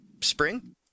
spring